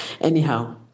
Anyhow